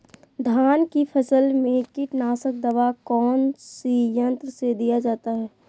धान की फसल में कीटनाशक दवा कौन सी यंत्र से दिया जाता है?